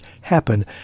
happen